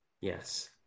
yes